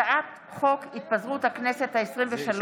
הצעת חוק התפזרות הכנסת העשרים-ושלוש,